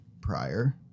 prior